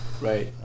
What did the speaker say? Right